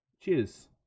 Cheers